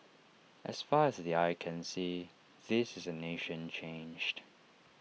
as far as the eye can see this is A nation changed